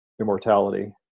immortality